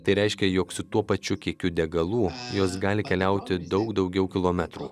tai reiškia jog su tuo pačiu kiekiu degalų jos gali keliauti daug daugiau kilometrų